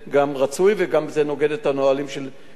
וזה גם נוגד את הנהלים של שירות בתי-הסוהר.